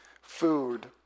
food